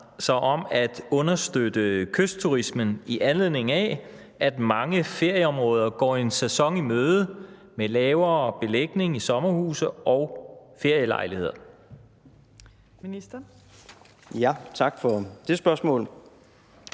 sig om at understøtte kystturismen, i anledning af at mange ferieområder går en sæson i møde med lavere belægning i sommerhuse og ferielejligheder?